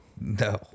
No